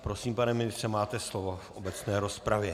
Prosím, pane ministře, máte slovo v obecné rozpravě.